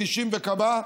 90 וכמה.